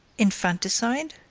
infanticide?